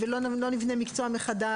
ולא נבנה מחדש מקצוע,